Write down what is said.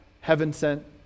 heaven-sent